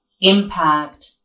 impact